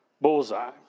bullseye